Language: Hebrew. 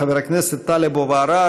חבר הכנסת טלב אבו עראר,